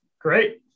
Great